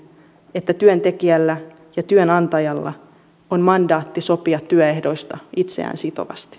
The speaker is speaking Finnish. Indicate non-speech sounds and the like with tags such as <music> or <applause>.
että työntekijällä ja työnantajalla on mandaatti sopia työehdoista itseään sitovasti <unintelligible>